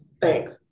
thanks